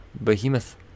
Behemoth